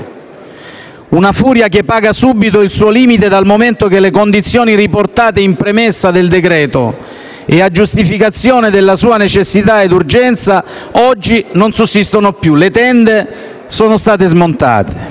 una furia che paga subito il suo limite, dal momento che le condizioni riportate in premessa del decreto-legge e a giustificazione della sua necessità ed urgenza oggi non sussistono più: le tende sono state smontate.